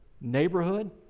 neighborhood